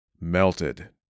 melted